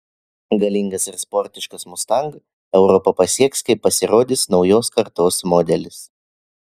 galingas ir sportiškas mustang europą pasieks kai pasirodys naujos kartos modelis